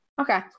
Okay